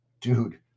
Dude